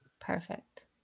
Perfect